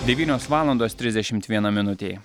devynios valandos trisdešimt viena minutė